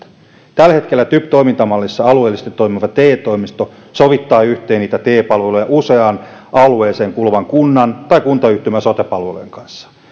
tällä hetkellä typ toimintamallissa alueellisesti toimiva te toimisto sovittaa yhteen niitä te palveluja useaan alueeseen kuuluvan kunnan tai kuntayhtymän sote palvelujen kanssa